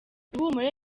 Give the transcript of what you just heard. ihumure